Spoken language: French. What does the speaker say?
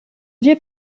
vieux